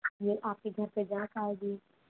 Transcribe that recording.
आपके घर पर जाँच आएगी